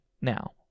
now